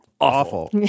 awful